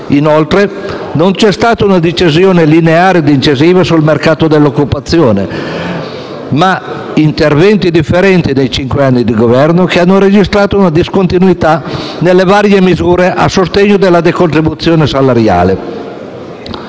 Inoltre, non c'è stata una decisione lineare e incisiva sul mercato dell'occupazione, ma interventi differenti nei cinque anni di Governo che hanno registrato una discontinuità nelle varie misure a sostegno della decontribuzione salariale.